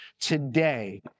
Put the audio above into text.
today